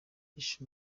yishe